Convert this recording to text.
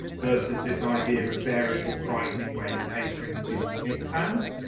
versus this idea of of variable pricing, where you're catering to the superfans.